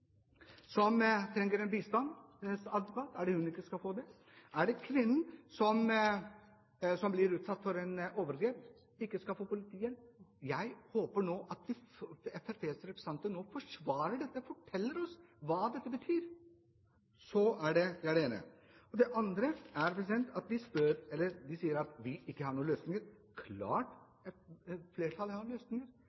som trenger bistand til advokat, er det hun som ikke skal få det? Er det kvinnen som blir utsatt for et overgrep, som ikke skal få politihjelp? Jeg håper at Fremskrittspartiets representanter nå forsvarer dette og forteller oss hva det betyr. Det andre er at de sier at vi ikke har noen løsninger. Det er klart at flertallet har løsninger. Se bare på den lille biten som vi